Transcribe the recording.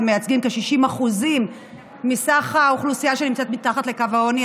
הם מייצגים כ-60% מהאוכלוסייה שנמצאת מתחת לקו העוני.